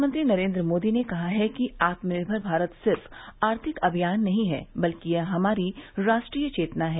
प्रधानमंत्री नरेन्द्र मोदी ने कहा कि आत्मनिर्भर भारत सिर्फ आर्थिक अभियान नहीं है बल्कि यह हमारी राष्ट्रीय चेतना है